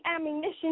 ammunition